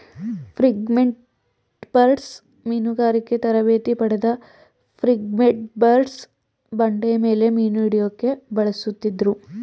frigatebirds ಮೀನುಗಾರಿಕೆ ತರಬೇತಿ ಪಡೆದ ಫ್ರಿಗೇಟ್ಬರ್ಡ್ನ ಬಂಡೆಮೇಲೆ ಮೀನುಹಿಡ್ಯೋಕೆ ಬಳಸುತ್ತಿದ್ರು